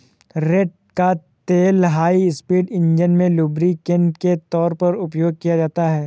रेड़ का तेल high speed engine में लुब्रिकेंट के तौर पर उपयोग किया जाता है